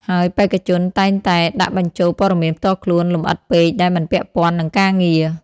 ហើយបេក្ខជនតែងតែដាក់បញ្ចូលព័ត៌មានផ្ទាល់ខ្លួនលម្អិតពេក ដែលមិនពាក់ព័ន្ធនឹងការងារ។